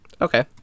Okay